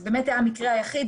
זה באמת היה המקרה היחיד,